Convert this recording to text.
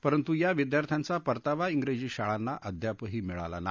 परंतु या विद्यार्थ्यांचा परतावा विजी शाळांना अद्यापही मिळाला नाही